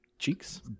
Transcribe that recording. Cheeks